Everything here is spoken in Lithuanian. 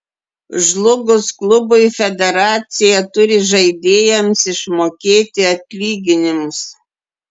žlugus klubui federacija turi žaidėjams išmokėti atlyginimus